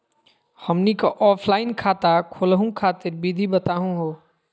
हमनी क ऑफलाइन खाता खोलहु खातिर विधि बताहु हो?